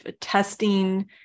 testing